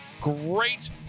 Great